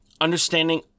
understanding